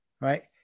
right